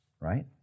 right